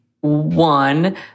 one